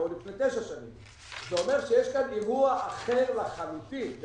זה אומר שיש כאן אירוע אחר לחלוטין.